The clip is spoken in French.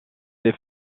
des